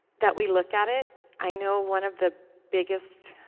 that we look at it, i know one of the biggest